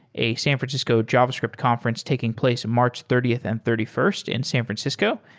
a san francisco javascript conference taking place march thirtieth and thirty first in san francisco.